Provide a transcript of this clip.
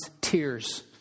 tears